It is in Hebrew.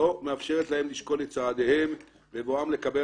לא מאפשרת להם לשקול את צעדיהם בבואם לקבל